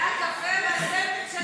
זה היה הקפה והסנדוויץ' של המזנון.